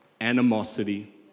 animosity